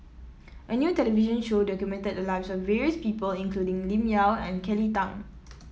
a new television show documented the lives of various people including Lim Yau and Kelly Tang